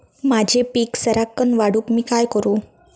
माझी पीक सराक्कन वाढूक मी काय करू?